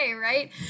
right